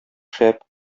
шәп